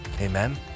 Amen